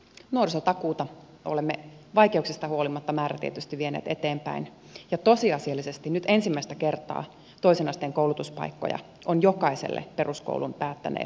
nuorisotakuuta olemme vaikeuksista huolimatta määrätietoisesti vieneet eteenpäin ja tosiasiallisesti nyt ensimmäistä kertaa toisen asteen koulutuspaikkoja on jokaiselle peruskoulun päättäneelle nuorelle